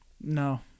No